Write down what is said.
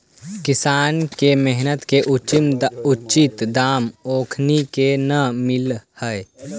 किसान के मेहनत के उचित दाम ओखनी के न मिलऽ हइ